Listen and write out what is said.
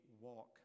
walk